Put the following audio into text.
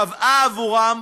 (אומר בערבית: אין שר,)